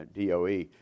DOE